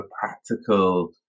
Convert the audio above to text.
practical